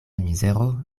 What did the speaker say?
mizero